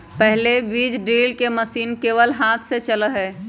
पहले बीज ड्रिल के मशीन केवल हाथ से चला हलय